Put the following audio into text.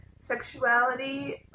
sexuality